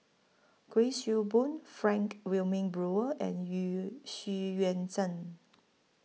Kuik Swee Boon Frank Wilmin Brewer and Xu Yuan Zhen